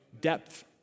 depth